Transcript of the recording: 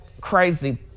crazy